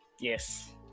yes